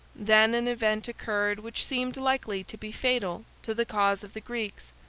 then an event occurred which seemed likely to be fatal to the cause of the greeks,